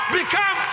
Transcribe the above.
become